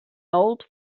old